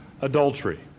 adultery